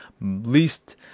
least